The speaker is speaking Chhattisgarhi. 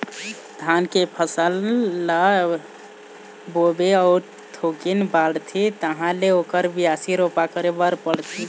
धान के फसल ल बोबे अउ थोकिन बाढ़थे तहाँ ले ओखर बियासी, रोपा करे बर परथे